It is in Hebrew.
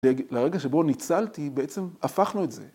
לרגע שבו ניצלתי בעצם הפכנו את זה.